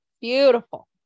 Beautiful